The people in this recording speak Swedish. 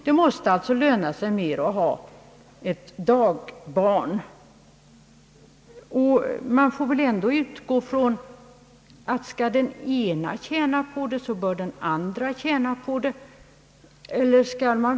Det måste alltså löna sig bättre att ha ett dagbarn. Och man får väl ändå utgå från att skall den ena tjäna på att vårda ett barn bör den andra också göra det.